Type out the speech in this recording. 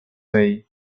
may